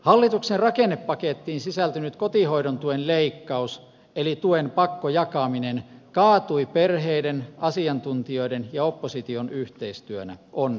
hallituksen rakennepakettiin sisältynyt kotihoidon tuen leikkaus eli tuen pakkojakaminen kaatui perheiden asiantuntijoiden ja opposition yhteistyönä onneksi